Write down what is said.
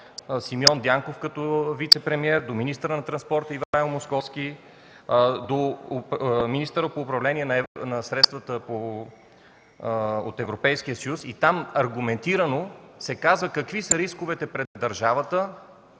Симеон Дянков като вицепремиер, до министъра на транспорта Ивайло Московски, до министъра по управление на средствата от Европейския съюз. И там аргументирано се казва какви са рисковете пред държавата